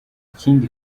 ikindi